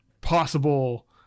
possible